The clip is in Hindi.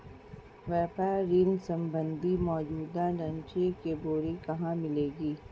व्यापार ऋण संबंधी मौजूदा ढांचे के ब्यौरे कहाँ मिलेंगे?